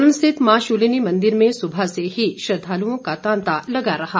सोलन स्थित मां शूलिनी मंदिर में सुबह से ही श्रद्धालुओं का तांता लगा हुआ है